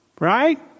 Right